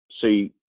See